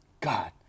God